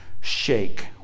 shake